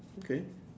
okay